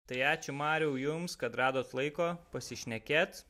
tai ačiū mariau jums kad radot laiko pasišnekėt